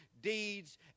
deeds